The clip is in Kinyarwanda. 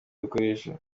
dukoresha